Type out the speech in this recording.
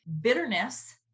bitterness